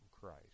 Christ